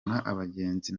abagenzi